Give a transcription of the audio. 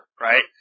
right